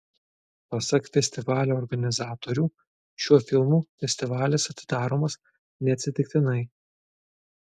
pasak festivalio organizatorių šiuo filmu festivalis atidaromas neatsitiktinai